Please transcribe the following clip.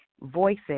voices